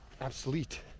obsolete